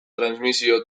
transmisio